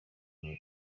muri